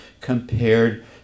compared